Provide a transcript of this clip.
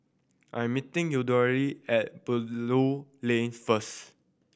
I'm meeting Yuridia at Belilio Lane first